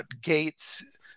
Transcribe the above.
Gates